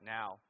now